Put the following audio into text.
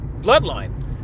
Bloodline